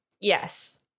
Yes